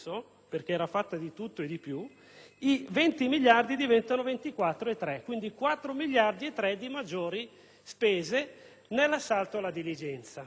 perché era fatta di tutto e di più, i 20 miliardi diventano 24,3. Quindi 4,3 miliardi di maggiori spese nell'assalto alla diligenza,